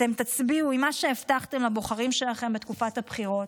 אתם תצביעו עם מה שהבטחתם לבוחרים שלכם בתקופת הבחירות,